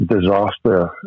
disaster